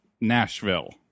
Nashville